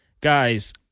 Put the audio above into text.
Guys